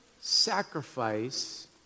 sacrifice